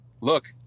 look